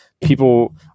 people